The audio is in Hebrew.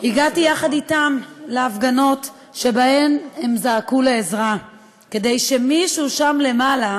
הגעתי אתם להפגנות שבהן הם זעקו לעזרה כדי שמישהו שם למעלה,